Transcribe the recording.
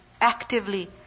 actively